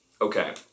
Okay